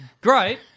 Great